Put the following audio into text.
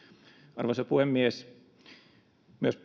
arvoisa puhemies myös